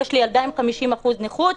יש לי ילדה עם 50% נכות.